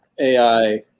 AI